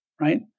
right